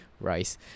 rice